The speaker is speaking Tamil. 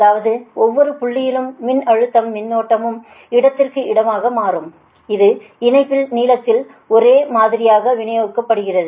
அதாவது ஒவ்வொரு புள்ளியிலும் மின்னழுத்தமும் மின்னோட்டமும் இடத்திற்கு இடம் மாறுபடும் அது இணைப்பின் நீளத்திற்கு ஒரே மாதிரியாக விநியோகிக்கப்படும்